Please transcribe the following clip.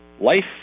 life